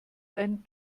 einen